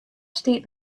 stiet